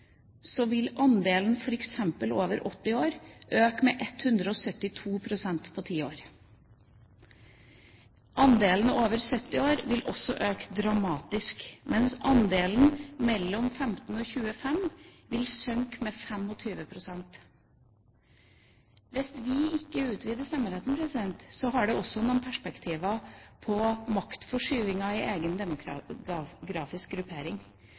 vil f.eks. andelen over 80 år øke med 172 pst. på ti år. Andelen over 70 år vil også øke dramatisk, mens andelen mellom 15 og 25 år vil synke med 25 pst. Hvis vi ikke utvider stemmeretten, har det også noen perspektiver på maktforskyvinga i egen demografisk gruppering.